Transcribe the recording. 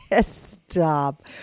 Stop